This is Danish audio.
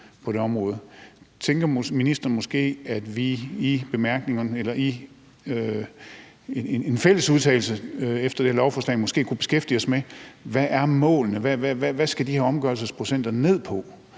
Tænker ministeren måske, at vi i en fælles udtalelse efter det her beslutningsforslag kunne beskæftige os med, hvad der er